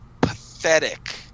pathetic